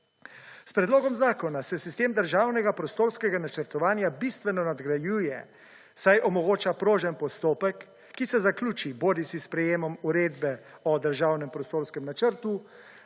S predlogom zakona se sistem državnega prostorskega načrtovanja bistveno nadgrajuje, saj omogoča prožen postopek, ki se zaključi bodisi s sprejemom uredbe o državnem prostorskem načrtu